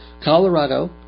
Colorado